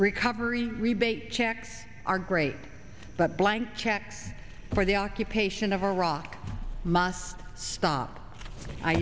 recovery rebate checks are great but blank check for the occupation of iraq must stop i